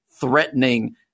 Threatening